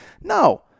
no